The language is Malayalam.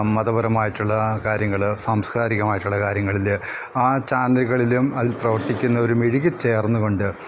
മതപരമായിട്ടുള്ള കാര്യങ്ങൾ സാംസ്കാരികമായിട്ടുള്ള കാര്യങ്ങളിൽ ആ ചാനലുകളിലും അതിൽ പ്രവർത്തിക്കുന്നവർ മിഴുകി ചേർന്നു കൊണ്ട്